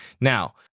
Now